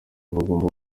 bagomba